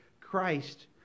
Christ